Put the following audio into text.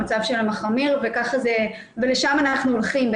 המצב שלהם מחמיר ולשם אנחנו הולכים,